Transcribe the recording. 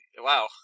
Wow